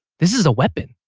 this is a weapon!